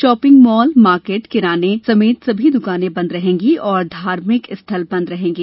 shopping mall market किराने समेत सभी दुकानें बंद रहेंगी और धार्मिक स्थल बंद रहेंगे